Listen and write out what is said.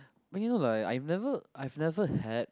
but you know like I've never I've never had